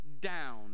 down